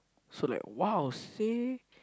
so like !wow! seh